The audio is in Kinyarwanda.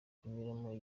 kunyuramo